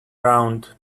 round